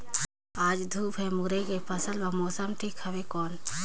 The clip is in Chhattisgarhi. आज धूप हे मुरई के फसल बार मौसम ठीक हवय कौन?